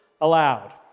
Allowed